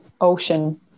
ocean